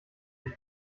dich